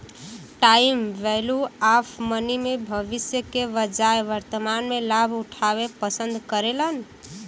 time value of money में भविष्य के बजाय वर्तमान में लाभ उठावे पसंद करेलन